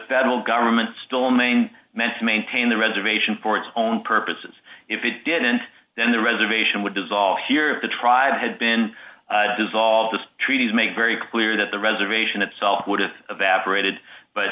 federal government still remain meant to maintain the reservation for its own purposes if it didn't then the reservation would dissolve here if the tribe had been dissolved the treaties made very clear that the reservation itself would have evaporated but